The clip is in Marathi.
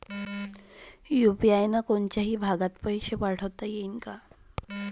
यू.पी.आय न कोनच्याही भागात पैसे पाठवता येईन का?